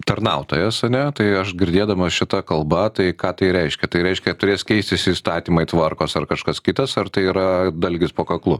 tarnautojas ane tai aš girdėdamas šitą kalbą tai ką tai reiškia tai reiškia turės keistis įstatymai tvarkos ar kažkas kitas ar tai yra dalgis po kaklu